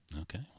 Okay